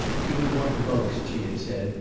he would want to boast, she had said,